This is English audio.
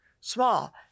small